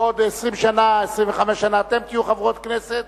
בעוד 20 שנה, 25 שנה, אתן תהיו חברות כנסת,